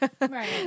Right